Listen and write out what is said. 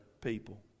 people